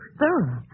thorough